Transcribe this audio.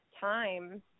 time